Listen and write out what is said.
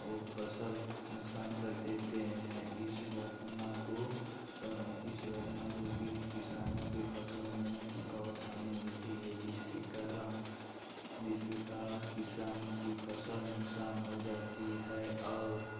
ओ फसल नुकसान कर देते हैं इस घटना को पा इस घटना को किसी किसानों के फसलों में बहुत हानि होती है जिसके कारण जिसके कारण किसान की फसल नुकसान हो जाती है और